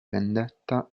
vendetta